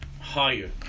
higher